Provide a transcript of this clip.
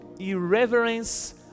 irreverence